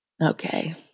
Okay